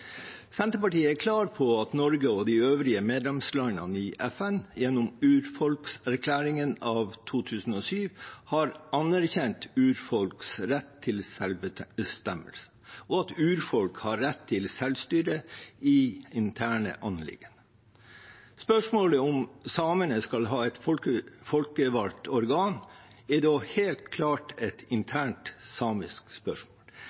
de øvrige medlemslandene i FN gjennom urfolkserklæringen av 2007 har anerkjent urfolks rett til selvbestemmelse, og at urfolk har rett til selvstyre i interne anliggender. Spørsmålet om hvorvidt samene skal ha et folkevalgt organ, er da helt klart et internt samisk spørsmål.